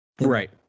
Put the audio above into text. Right